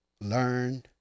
Learn